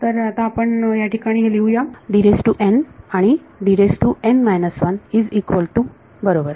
तर आता आपण या ठिकाणी हे लिहूया आणि इज इक्वल टू बरोबर